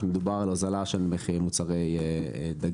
שמדובר על הוזלה של מחירים מוצרי דגים,